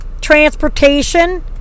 Transportation